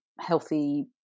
healthy